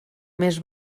més